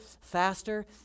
faster